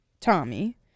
Tommy